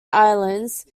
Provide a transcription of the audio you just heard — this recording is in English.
islands